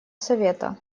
совета